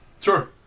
Sure